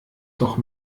doch